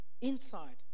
inside